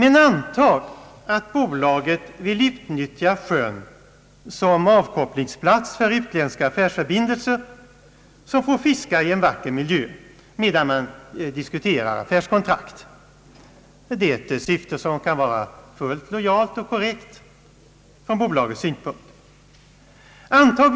Antag vidare att bolaget vill utnyttja sjön som avkopplingsplats för utländska affärsförbindelser, vilka man vill ge tillfälle att fiska i en vacker miljö, medan affärskontrakten diskuteras; det är ett fullt lojalt och korrekt syfte sett ur bolagets synpunkt.